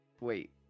Wait